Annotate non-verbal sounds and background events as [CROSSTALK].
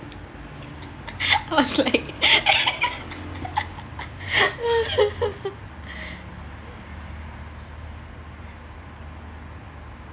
[LAUGHS] I was like [LAUGHS]